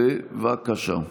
בבקשה.